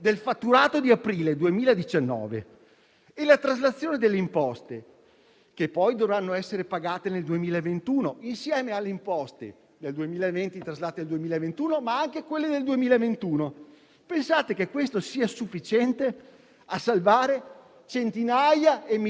Se oggi molte attività sono ancora aperte, non è grazie alla gentile concessione dei vostri ristori, ma è grazie alla capacità e alla volontà dei risparmiatori di mettere mano alla propria tasca e di mettere i propri soldi nell'impresa, per salvare l'impresa stessa e per salvare il lavoro.